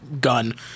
gun